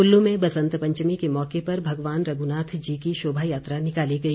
कुल्लू में बसंत पंचमी के मौके पर भगवान रघुनाथ जी की शोभा यात्रा निकाली गई